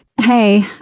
Hey